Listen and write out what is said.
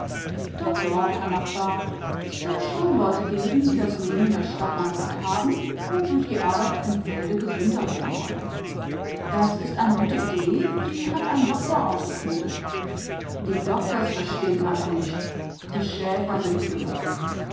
doch doch herr nachbar es wird schon leute geben die das leben in der stadt mal satt haben und durch die arbeit auf dem felde gesünder werden wollen das ist eine gute idee die hat ein doktor ausgeknobelt die doktors verstehn alle nischt die schäfer sind klüger